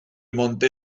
monte